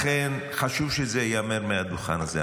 לכן חשוב שזה ייאמר מהדוכן הזה,